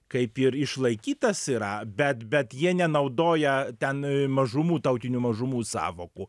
kaip ir išlaikytas yra bet bet jie nenaudoja ten mažumų tautinių mažumų sąvokų